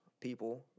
people